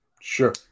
Sure